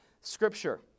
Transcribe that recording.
Scripture